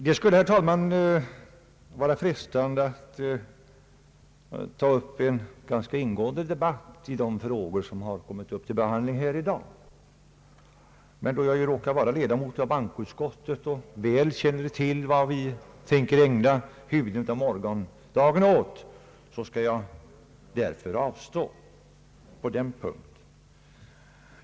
Det skulle, herr talman, vara frestande att ta upp en ganska ingående debatt i de frågor som kommit upp till behandling här i dag, men då jag råkar vara ledamot av bankoutskottet och väl känner till vad vi tänker ägna huvuddelen av morgondagen åt, skall jag avstå på den punkten.